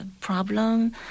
problem